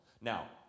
Now